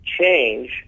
change